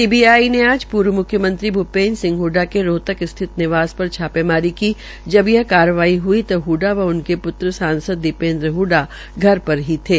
CBI ने आज पूर्व म्ख्यमंत्री भूपेन्द्र सिंह ह्डडा के रोहतक स्थित निवास पर छापेमारी की जब यह कार्रवाई हई तक हडडा व उनके प्त्र सांसद दीपेन्द्र हडडा घर पर ही थे